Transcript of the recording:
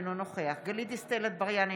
אינו נוכח גלית דיסטל אטבריאן,